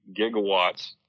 gigawatts